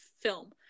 film